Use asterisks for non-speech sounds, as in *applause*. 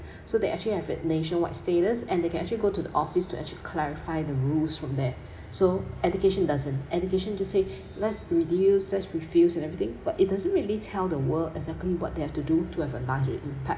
*breath* so they actually have a nationwide status and they can actually go to the office to actually clarify the rules from there so education doesn't education just say let's reduce let's refuse and everything but it doesn't really tell the world exactly what they have to do to have a larger impact